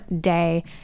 day